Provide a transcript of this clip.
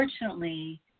Unfortunately